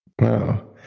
Wow